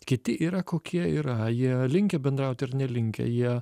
kiti yra kokie yra jie linkę bendrauti ar nelinkę jie